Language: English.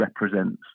represents